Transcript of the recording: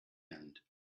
end